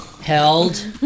held